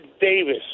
Davis